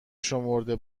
شمرده